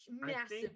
massive